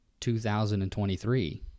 2023